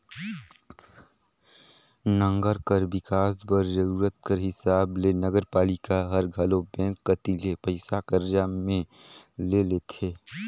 नंगर कर बिकास बर जरूरत कर हिसाब ले नगरपालिका हर घलो बेंक कती ले पइसा करजा में ले लेथे